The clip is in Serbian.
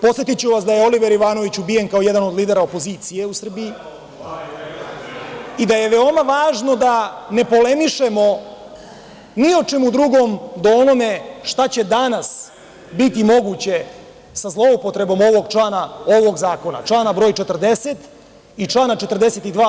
Podsetiću vas da je Oliver Ivanović ubijen kao jedan od lidera opozicije u Srbiji i da je veoma važno da ne polemišemo ni o čemu drugom do o onome šta će danas biti moguće sa zloupotrebom ovog člana ovog zakona, člana broj 40. i člana 42.